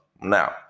Now